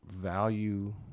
value